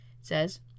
says